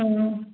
हाँ